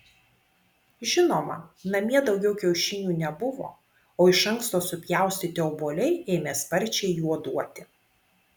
žinoma namie daugiau kiaušinių nebuvo o iš anksto supjaustyti obuoliai ėmė sparčiai juoduoti